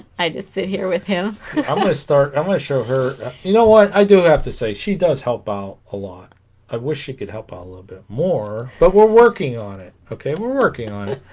i just sit here with him i'm gonna start i'm gonna show her you know what i do have to say she does help out a lot i wish he could help out a little bit more but we're working on it okay we're working on it